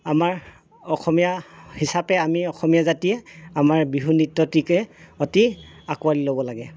আমাৰ অসমীয়া হিচাপে আমি অসমীয়া জাতিয়ে আমাৰ বিহু নৃত্যটিকে অতি আকোৱালী ল'ব লাগে